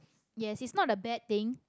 yes it's not a bad thing